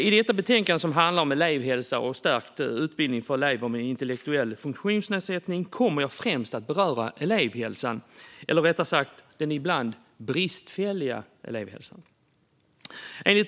I detta betänkande, som handlar om elevhälsa och stärkt utbildning för elever med intellektuell funktionsnedsättning, kommer jag främst att beröra elevhälsan, eller rättare sagt den ibland bristfälliga elevhälsan.